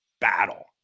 battle